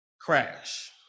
crash